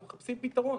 אנחנו מחפשים פתרון.